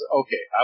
okay